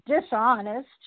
dishonest